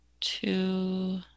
two